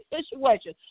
situation